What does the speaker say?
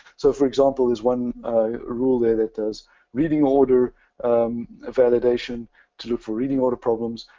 so for example there's one rule there that does reading order validation to look for reading order problems.